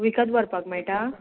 विकत व्हरपाक मेळटा